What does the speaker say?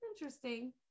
Interesting